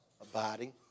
Abiding